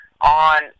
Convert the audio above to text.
on